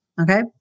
okay